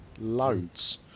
Loads